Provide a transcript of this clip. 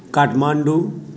Kathmandu